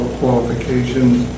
qualifications